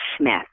Smith